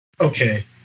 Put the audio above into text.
Okay